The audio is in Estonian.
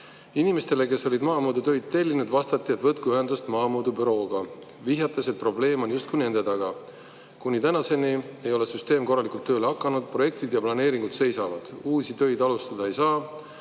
Inimestele, kes olid maamõõdutöid tellinud, vastati, et võtku ühendust maamõõdubürooga, vihjates, et probleem toppab justkui nende taga. Kuni tänaseni ei ole süsteem korralikult tööle hakanud, projektid ja planeeringud seisavad, uusi töid alustada ei saa.